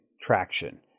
traction